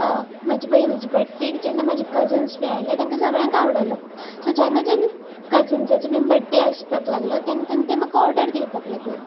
म्हज्या भयनेचे बड्डेक जेन्ना म्हाजे कजन्स बी आयले तेंका सगळ्यांक आवडलो सो जेन्ना जेन्ना कजन्साचो बीन बड्डे आसपाक लागलो तेन्ना तेन्ना ते म्हाका ऑर्डर दिवपाक लागले